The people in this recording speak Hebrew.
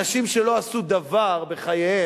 אנשים שלא עשו דבר בחייהם,